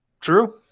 true